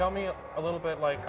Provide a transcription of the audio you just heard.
tell me a little bit like